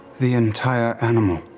the entire animal,